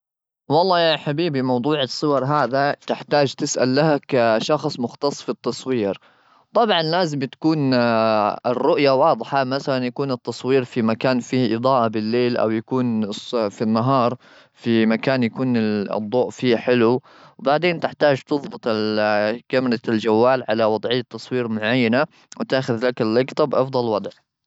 والله يا حبيبي، موضوع الصور هذا تحتاج تسأل له كشخص مختص في التصوير. طبعا، لازم تكون الرؤية واضحة. مثلا، يكون التصوير في مكان فيه إضاءة بالليل أو يكون الص-في النهار في مكان يكون الضوء فيه حلو. وبعدين تحتاج تظبط كاميرا الجوال على وضعية تصوير معينة، وتاخذ ذاك اللقطة بأفضل وضع.